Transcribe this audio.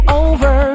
over